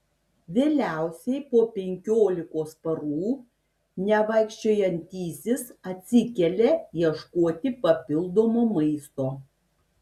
vėliausiai po penkiolikos parų nevaikščiojantysis atsikelia ieškoti papildomo maisto